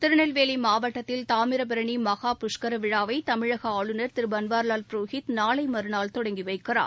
திருநெல்வேலிமாவட்டத்தில் தாமிரபரணிமகா புஷ்கரவிழாவைதமிழகஆளுநர் திருபன்வாரிவால் புரோஹித் நாளைமறுநாள் தொடங்கிவைக்கிறார்